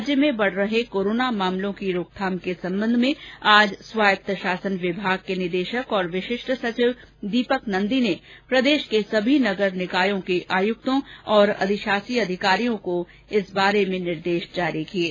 राज्य में बढ़ रहे कोरोना मामलों की रोकथाम के संबंध में आज स्वायत्त शासन विभाग के निदेशक और विशिष्ट सचिव दीपक नंदी ने प्रदेश के सभी नगर निकायों के आयुक्तों और अधिशासी अधिकारियों को निर्देश जारी किये हैं